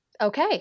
okay